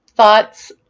Thoughts